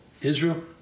Israel